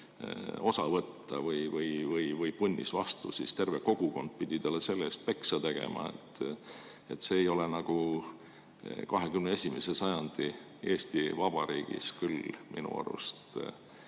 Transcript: osa võtta või punnis vastu, siis terve kogukond pidi talle selle eest peksa andma. See ei ole 21. sajandi Eesti Vabariigis küll minu arust